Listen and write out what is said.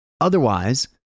Otherwise